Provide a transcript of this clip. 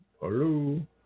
Hello